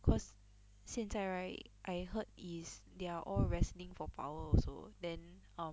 cause 现在 right I heard is they are all wrestling for power also then um